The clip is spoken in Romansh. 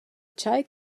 tgei